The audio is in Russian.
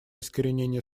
искоренения